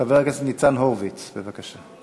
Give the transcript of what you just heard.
חבר הכנסת ניצן הורוביץ, בבקשה.